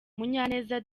munyaneza